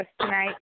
tonight